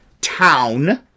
town